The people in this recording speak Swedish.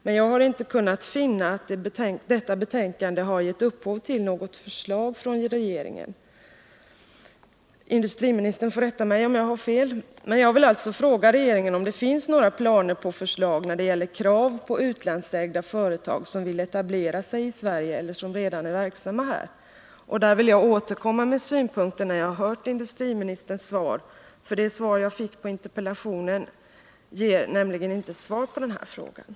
Men jag har inte kunnat finna att detta betänkande har gett upphov till något förslag från regeringen. Industriministern får rätta mig, om jag har fel. Jag vill alltså fråga regeringen om det finns några planer på förslag när det gäller krav på utlandsägda företag som vill etablera sig i Sverige eller som redan är verksamma här. Jag vill gärna återkomma med synpunkter när jag har hört industriminis terns svar. Det svar som jag har fått på interpellationen ger nämligen inte svar Nr 48